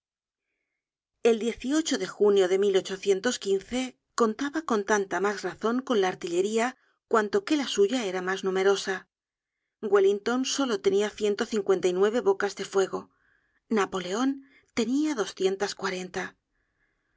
el de junio de contaba con tanta mas razon con la artillería cuanto que la suya era mas numerosa wellington solo tenia ciento cincuenta y nueve bocas de fuego napoleon tenia doscientas cuarenta